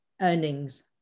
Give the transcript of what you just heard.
earnings